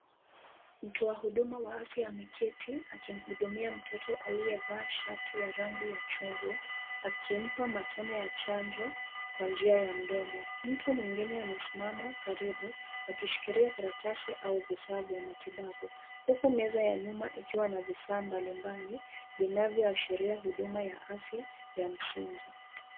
Mtoa huduma wa afya ameketi akimhudumia mtoto aliyevaa shati ya rangi ya chungwa, akimpa matone ya chanjo kwa njia ya mdomo. Mtu mwingine amesimama karibu, akishikilia karatasi au vifaa vya matibabu, huku meza ya nyuma ikiwa na vifaa mbali mbali , vinavyoashiria huduma ya afya ya msingi.